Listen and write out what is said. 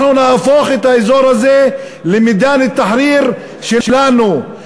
אנחנו נהפוך את האזור הזה למידאן אל-תחריר שלנו.